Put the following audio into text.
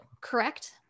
correct